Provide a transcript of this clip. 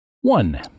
One